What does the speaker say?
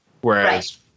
Whereas